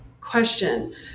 question